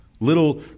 little